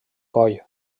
coll